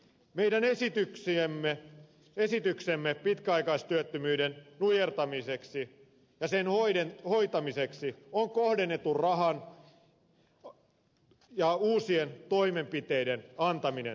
meidän esityksiämme pitkäaikaistyöttömyyden nujertamiseksi ovat sen hoitamiseen kohdennettu raha ja uusien toimenpiteiden tarjoaminen